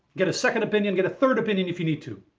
get a second opinion, get a third opinion if you need to.